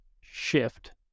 shift